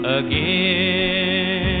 again